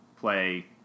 play